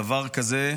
דבר כזה,